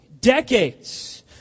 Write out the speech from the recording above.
Decades